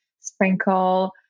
sprinkle